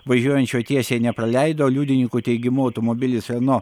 važiuojančio tiesiai nepraleido liudininkų teigimu automobilis reno